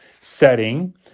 setting